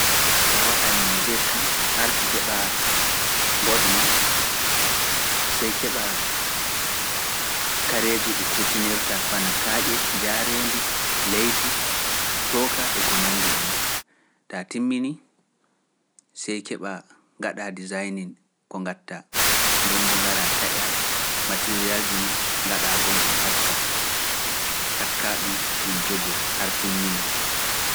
Tawa waɗa e mosak kam artu keɓa mbod maa, sey keɓa kareeji ɗi kutinirta bana kaaƴe jaareendi leydi, tooka e ko nandi e noo, taa timmini sey keɓa gaɗa desaani ko gatta, ndembo ngara taƴa, materiallji maa gaɗa gom a takka, takka ɗum ɗum jogo hara timmina.